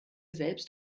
selbst